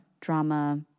drama